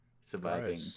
surviving